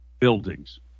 buildings